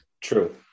true